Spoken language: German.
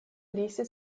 ließe